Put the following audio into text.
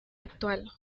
actual